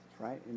Right